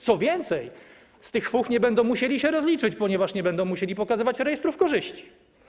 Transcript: Co więcej, z tych fuch nie będą musieli się rozliczać, ponieważ nie będą musieli pokazywać rejestrów korzyści.